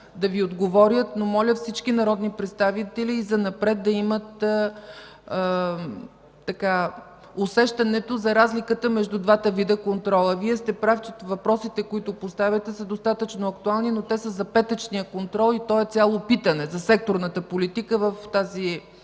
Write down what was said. да Ви отговорят, но моля всички народни представители и занапред да имат усещането за разликата между двата вида контрол. Вие сте прав, че въпросите, които поставяте, са достатъчно актуални, но те са за петъчния контрол. То е цяло питане за секторната политика в тази